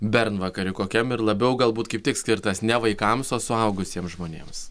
bernvakary kokiam ir labiau galbūt kaip tik skirtas ne vaikams o suaugusiems žmonėms